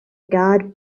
guard